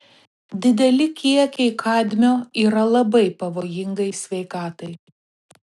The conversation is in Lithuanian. dideli kiekiai kadmio yra labai pavojingai sveikatai